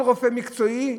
כל רופא מקצועי,